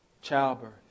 childbirth